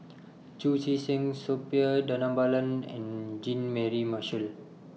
Chu Chee Seng Suppiah Dhanabalan and Jean Mary Marshall